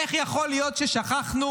איך יכול להיות ששכחנו?